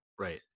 Right